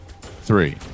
three